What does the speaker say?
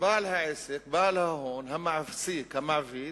בעל העסק, בעל ההון, המעסיק, המעביד,